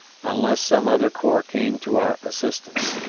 unless some other corps came to our assistance.